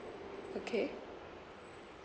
okay